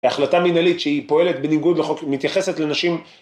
ההחלטה מנהלית שהיא פועלת בניגוד לחוק, היא מתייחסת לנשים